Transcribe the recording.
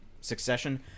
succession